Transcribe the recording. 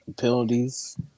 penalties